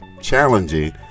challenging